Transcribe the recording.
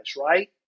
right